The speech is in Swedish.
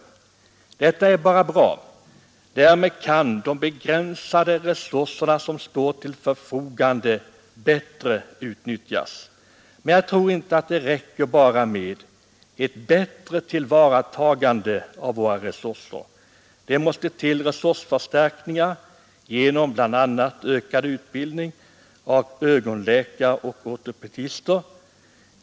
Detta är bara bra — därmed kan de begränsade resurser som står till förfogande bättre utnyttjas. Men jag tror inte att det räcker bara med ett bättre tillvaratagande av våra resurser. Det måste till resursförstärkningar genom bl.a. ökad utbildning av ögonläkare och ortoptister.